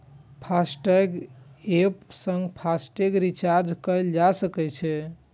FASTag app सं FASTag recharge कैल जा सकै छै